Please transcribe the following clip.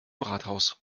rathaus